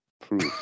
proof